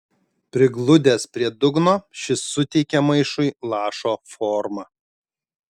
prigludęs prie dugno šis suteikė maišui lašo formą